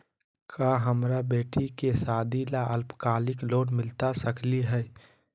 का हमरा बेटी के सादी ला अल्पकालिक लोन मिलता सकली हई?